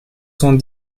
cent